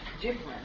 different